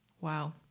Wow